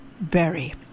Berry